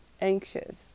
anxious